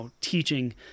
teaching